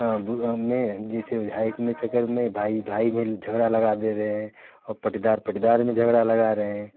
अब हमे जिस विधायक में चक्कर में भाई भाई में झगड़ा लगा दे रहे हैं और पाटीदार पाटीदार में झगड़ा लगा रहे हैं